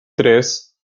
tres